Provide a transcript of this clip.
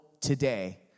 today